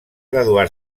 graduar